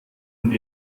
und